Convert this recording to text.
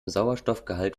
sauerstoffgehalt